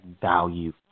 value